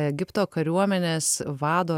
egipto kariuomenės vado